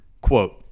Quote